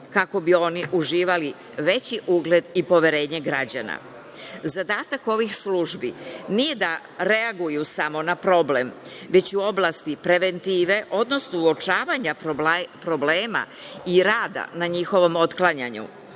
kako bi oni uživali veći ugled i poverenje građana? Zadatak ovih službi nije da reaguju samo na problem, već i u oblasti preventive, odnosno uočavanja problema i rada na njihovom otklanjanju.